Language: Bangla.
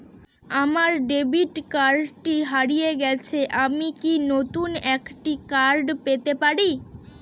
আমার ডেবিট কার্ডটি হারিয়ে গেছে আমি কি নতুন একটি কার্ড পেতে পারি?